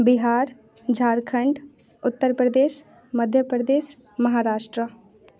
Bihar Jharkhand Uttar Pradesh Madhya Pradesh Maharashtra